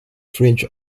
french